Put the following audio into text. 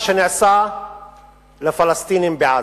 למה שנעשה לפלסטינים בעזה.